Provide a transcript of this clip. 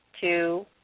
two